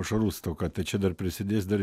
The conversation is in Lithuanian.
pašarų stoka tai čia dar prisidės dar